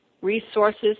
resources